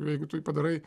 ir jeigu tu jį padarai